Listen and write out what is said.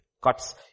Cuts